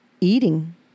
eating